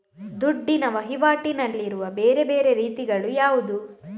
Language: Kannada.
ದುಡ್ಡಿನ ವಹಿವಾಟಿನಲ್ಲಿರುವ ಬೇರೆ ಬೇರೆ ರೀತಿಗಳು ಯಾವುದು?